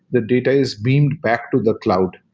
the data is beamed back to the cloud.